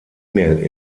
mail